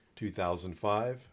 2005